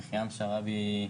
יחיעם שרעבי,